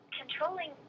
controlling